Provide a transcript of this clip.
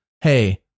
hey